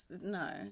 No